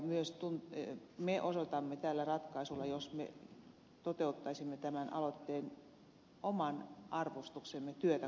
myös me osoitamme tällä ratkaisulla jos me toteuttaisimme tämän aloitteen oman arvostuksemme työtä kohtaan